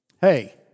Hey